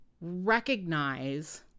recognize